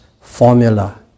formula